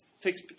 takes